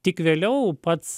tik vėliau pats